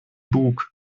bug